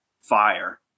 fire